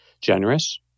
generous